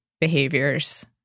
behaviors